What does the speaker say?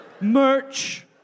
Merch